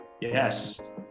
yes